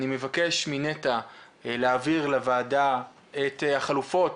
אני מבקש מנת"ע להעביר לוועדה את החלופות